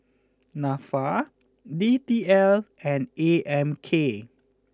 Nafa D T L and A M K